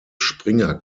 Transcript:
springer